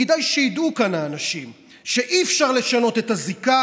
כדאי שידעו כאן האנשים שאי-אפשר לשנות את הזיקה,